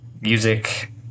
music